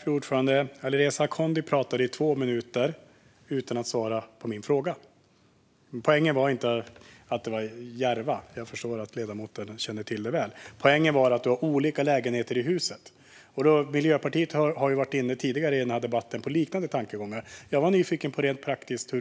Fru talman! Alireza Akhondi pratade i två minuter utan att svara på min fråga. Poängen var inte att det var Järva - jag förstår att ledamoten känner till Järva väl. Poängen var att det är olika lägenheter i huset. Miljöpartiet har tidigare i denna debatt varit inne på liknande tankegångar. Jag är nyfiken på hur detta rent praktiskt